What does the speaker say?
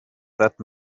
that